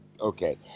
okay